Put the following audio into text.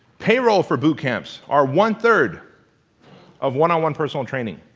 payroll for boot camps are one-third of one-on-one personal training.